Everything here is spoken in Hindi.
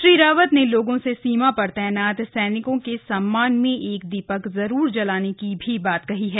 श्री रावत ने लोगों से सीमा पर तैनात सैनिकों के सम्मान में एक दीपक जरूर जलाने की भी बात कही है